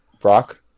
Brock